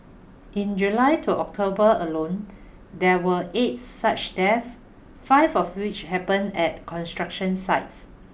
in July to October alone there were eight such death five of which happened at construction sites